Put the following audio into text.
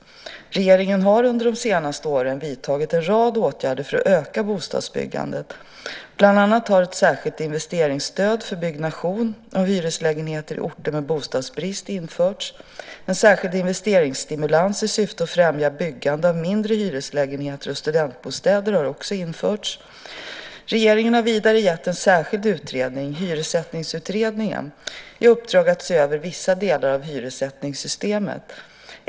Regeringen har under de senaste åren vidtagit en rad åtgärder för att öka bostadsbyggandet. Bland annat har ett särskilt investeringsstöd för byggnation av hyreslägenheter i orter med bostadsbrist införts. En särskild investeringsstimulans i syfte att främja byggande av mindre hyreslägenheter och studentbostäder har också införts. Regeringen har vidare gett en särskild utredning, Hyressättningsutredningen, i uppdrag att se över vissa delar av hyressättningssystemet.